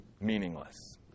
meaningless